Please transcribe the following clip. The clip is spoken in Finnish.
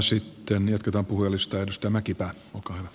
sitten jatketaan puhujalistaa